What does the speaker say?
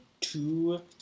two